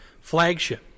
flagship